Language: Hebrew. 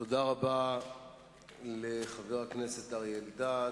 תודה רבה לחבר הכנסת אריה אלדד.